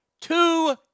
Two